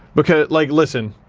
okay, like listen,